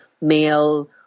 male